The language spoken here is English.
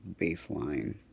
baseline